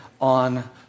on